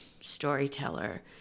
storyteller